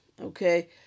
Okay